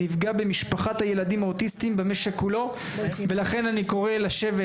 זה יפגע במשפחת הילדים האוטיסטיים במשק כולו ולכן אני קורא לשבת